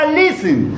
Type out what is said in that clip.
listen